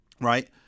right